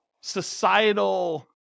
societal